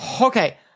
Okay